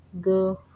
go